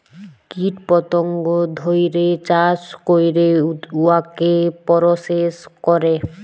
কীট পতঙ্গ ধ্যইরে চাষ ক্যইরে উয়াকে পরসেস ক্যরে